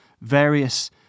various